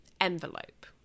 envelope